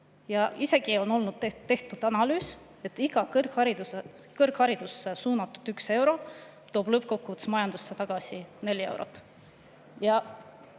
On isegi tehtud analüüs, et iga kõrgharidusse suunatud 1 euro toob lõppkokkuvõttes majandusse tagasi 4 eurot.